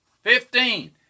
Fifteen